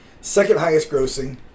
Second-highest-grossing